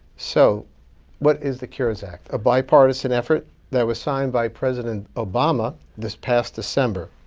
so what is the cures act? a bipartisan effort that was signed by president obama this past december.